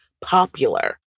popular